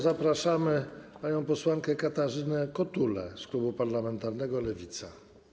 Zapraszam panią posłankę Katarzynę Kotulę z klubu parlamentarnego Lewica.